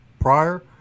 prior